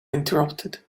interrupted